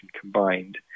combined